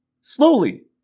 Slowly